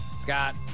Scott